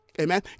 Amen